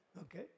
Okay